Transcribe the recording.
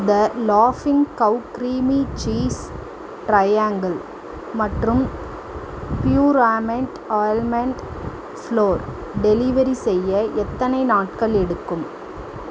தி லாஃபிங் cow creamy cheese triangle மற்றும் Puramate almond flour delivery செய்ய எத்தனை நாட்கள் எடுக்கும்